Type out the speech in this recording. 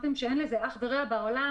אמרתם שאין לזה אח ורע בעולם.